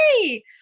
hey